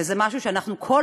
וזה משהו שאנחנו לגביו,